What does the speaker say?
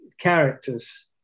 characters